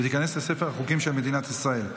ותיכנס לספר החוקים של מדינת ישראל.